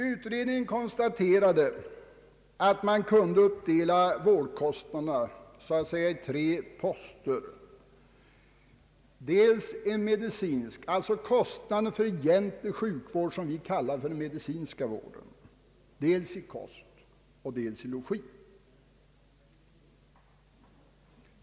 Utredningen konstaterade att man kunde dela upp vårdkostnaderna i tre poster: en medicinsk alltså kostnaderna för hjälp vid sjukvården — en för logi och en för kost.